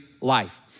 life